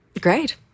Great